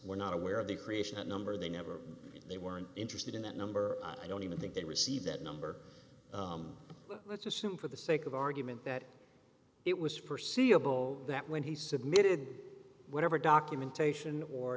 were not aware of the creation of number they never they weren't interested in that number i don't even think they received that number let's assume for the sake of argument that it was forseeable that when he submitted whatever documentation or